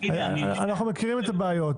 אנו מכירים את הבעיות.